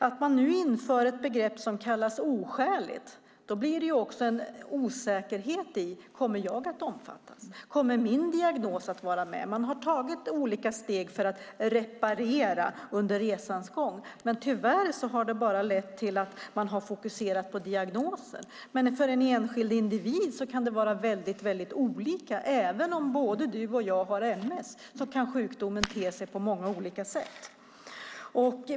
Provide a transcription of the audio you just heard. Att man nu inför ett begrepp som kallas oskäligt gör att det blir en osäkerhet: Kommer jag att omfattas? Kommer min diagnos att vara med? Man har tagit olika steg för att reparera under resans gång. Men tyvärr har det bara lett till att man har fokuserat på diagnosen. Men för en enskild individ kan det vara väldigt olika. Även om du och jag har MS kan sjukdomen te sig på många olika sätt.